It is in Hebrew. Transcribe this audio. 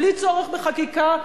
בלי צורך בחקיקה.